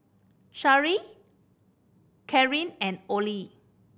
Sherrie Cathryn and Oley